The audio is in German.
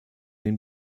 den